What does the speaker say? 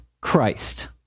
Christ